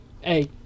Hey